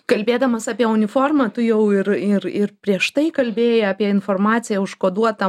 kalbėdamas apie uniformą tu jau ir ir ir prieš tai kalbėjai apie informaciją užkoduotą